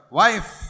wife